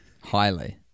Highly